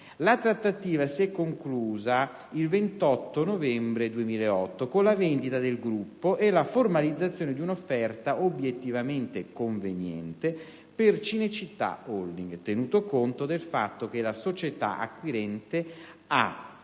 La trattativa si è conclusa il 28 novembre 2008 con la vendita del gruppo e la formalizzazione di un'offerta obiettivamente conveniente per Cinecittà Holding, tenuto conto del fatto che la società acquirente ha